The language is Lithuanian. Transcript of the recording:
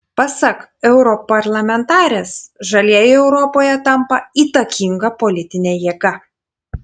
pasak europarlamentarės žalieji europoje tampa įtakinga politine jėga